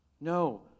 no